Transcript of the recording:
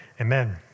amen